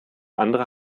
andere